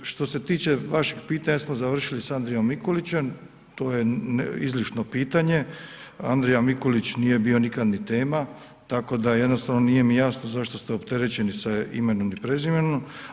Što se tiče vaših pitanja, jesmo završili sa Andrijom Mikulićem, to je izlično pitanje, Andrija Mikulić nije bio nikad ni tema, tako da jednostavno nije mi jasno zašto ste opterećeni sa imenom i prezimenom.